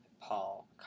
Paul